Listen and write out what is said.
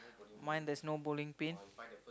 mine there's no bowling pin